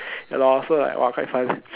ya lor so like quite fun